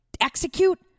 execute